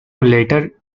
later